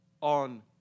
on